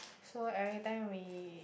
so everytime we